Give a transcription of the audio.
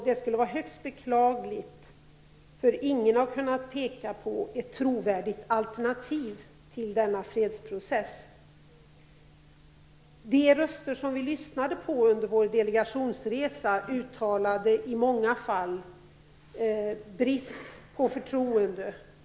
Det skulle vara högst beklagligt, för ingen har kunnat peka på ett trovärdigt alternativ till denna fredsprocess. De röster som vi lyssnade på under vår delegationsresa uttalade i många fall brist på förtroende.